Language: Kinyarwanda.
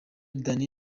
danny